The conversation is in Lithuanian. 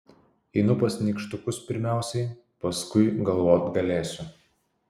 einu pas nykštukus pirmiausiai paskui galvot galėsiu